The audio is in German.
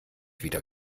wieder